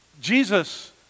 Jesus